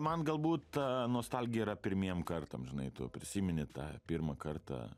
man galbūt ta nostalgija yra pirmiem kartam žinai tu prisimeni tą pirmą kartą